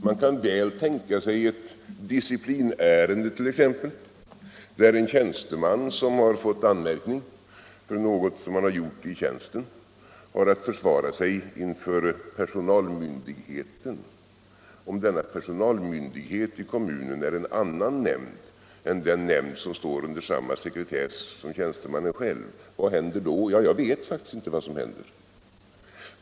Man kan t.ex. tänka sig ett disciplinärende, där en tjänsteman som fått anmärkning för någonting han gjort i tjänsten har att försvara sig inför personalmyndigheten. Om denna personalmyndighet i kommunen är en annan nämnd än den som står under samma sekretess som tjänstemannen själv, vad händer då? Ja, jag vet faktiskt inte.